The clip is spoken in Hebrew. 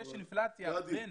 גדי,